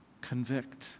convict